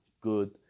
good